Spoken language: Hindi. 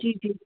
जी जी